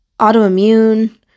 autoimmune